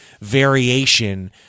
variation